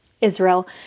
israel